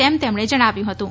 તેમ તેમણે જણાવ્યું હતું